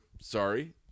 Sorry